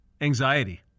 anxiety